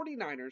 49ers